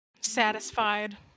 satisfied